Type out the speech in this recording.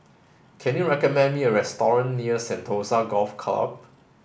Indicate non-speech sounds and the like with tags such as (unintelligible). can you recommend me a (unintelligible) near Sentosa Golf Club